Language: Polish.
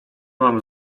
mam